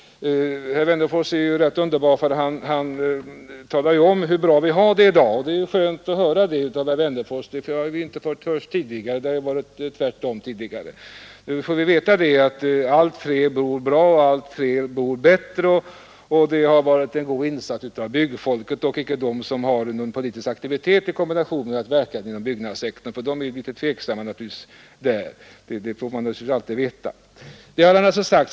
Herr Wennerfors är ju rätt underbar, för han talar om hur bra vi har det i dag. Det är skönt att höra detta av herr Wennerfors — från det hållet brukar det annars låta tvärtom. Nu får vi veta att allt fler bor bra och att det har gjorts goda insatser av byggfolket, dock icke av dem som har visat någon politisk aktivitet i kombination med verksamhet inom byggnadssektorn; de är naturligtvis alltid litet tvivelaktiga.